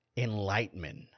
enlightenment